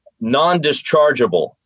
non-dischargeable